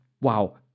wow